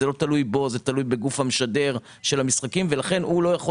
זה לא תלוי בו אלא זה תלוי בגוף המשדר של המשחקים ולכן הוא לא יכול